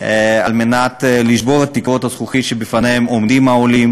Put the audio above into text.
כדי לשבור את תקרות הזכוכית שבפניהן העולים עומדים.